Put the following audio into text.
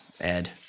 Ed